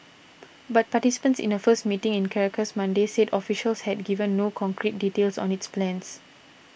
but participants in a first meeting in Caracas Monday said officials had given no concrete details on its plans